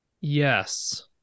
Yes